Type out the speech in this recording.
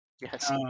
Yes